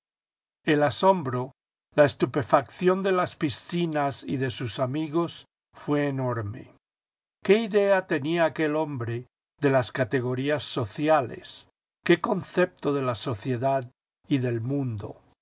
el asombro la estupefacción de las piscinas y de sus amigos fué enorme q i tenía aquel hombre de las categorías sociales qué concepto de la sociedad y del mundo